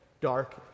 dark